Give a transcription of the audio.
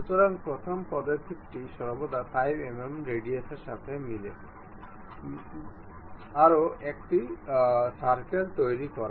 সুতরাং প্রথম পদক্ষেপটি সর্বদা 5 mm রেডিয়াসের সাথে মিলে যাওয়া আরও একটি সার্কেল তৈরি করা